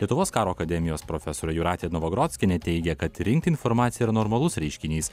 lietuvos karo akademijos profesorė jūratė novagrockienė teigia kad rinkti informaciją yra normalus reiškinys